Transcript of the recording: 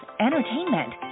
entertainment